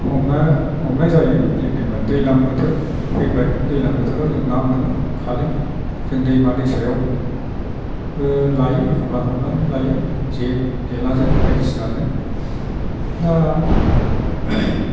हमना हमनाय जायो जेनैबा दैज्लां बोथोर फैबाय दैज्लां बोथोराव जों ना मोनो खालि जों दैमा दैसायाव लायो एखनब्ला हमनानै लायो जे जेब्लाजों बायदिसिनाजों दा